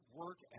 work